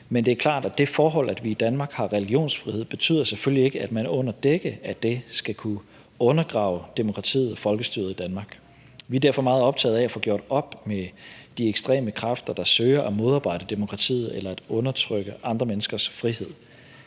men det er klart, at det forhold, at vi i Danmark har religionsfrihed, selvfølgelig ikke betyder, at man under dække af det skal kunne undergrave demokratiet og folkestyret i Danmark. Vi er derfor meget optaget af at få gjort op med de ekstreme kræfter, der søger at modarbejde demokratiet eller at undertrykke andre menneskers frihed.